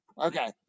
Okay